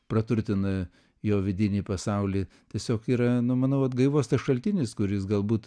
praturtina jo vidinį pasaulį tiesiog yra nu manau atgaivos tas šaltinis kuris galbūt